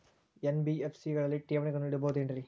NBFC ಗಳಲ್ಲಿ ಠೇವಣಿಗಳನ್ನು ಇಡಬಹುದೇನ್ರಿ?